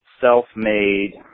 self-made